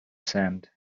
sand